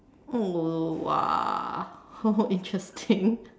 oh !wah! oh interesting